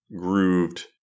grooved